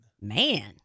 man